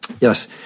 Yes